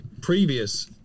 previous